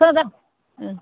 बेसेबां जा